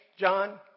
John